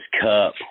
cup